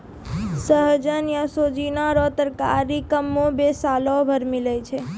सहजन या सोजीना रो तरकारी कमोबेश सालो भर मिलै छै